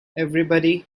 everybody